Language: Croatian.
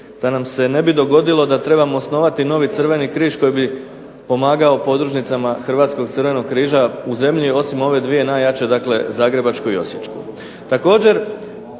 da nam se ne bi dogodilo da trebamo osnovati novi Crveni križ koji bi pomagao podružnicama Hrvatskog Crvenog križa u zemlji, osim ove 2 najjače, dakle zagrebačku i osječku.